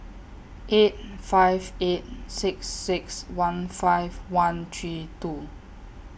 eight five eight six six one five one three two